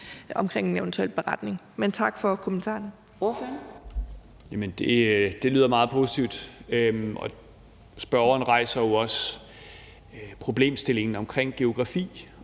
omkring en eventuel beretning. Men tak for kommentarerne.